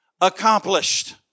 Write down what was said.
accomplished